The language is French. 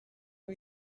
ont